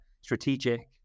strategic